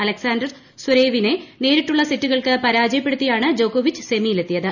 Alexander ്ര്യ്പ്പരോവിനെ നേരിട്ടുള്ള സെറ്റുകൾക്ക് പരാജയപ്പെടുത്തിയാണ് ജോക്കോവിച്ച് സെമിയിലെത്തിയത്